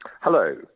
Hello